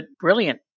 brilliant